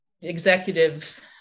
executive